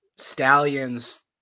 Stallion's